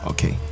Okay